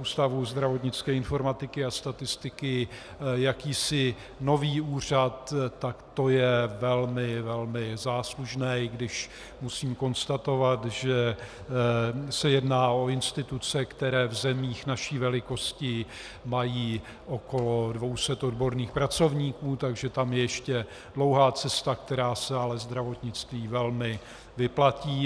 Ústavu zdravotnické informatiky a statistiky jakýsi nový úřad, tak to je velmi, velmi záslužné, i když musím konstatovat, že se jedná o instituce, které v zemích naší velikosti mají okolo 200 odborných pracovníků, takže tam je ještě dlouhá cesta, která se ale zdravotnictví velmi vyplatí.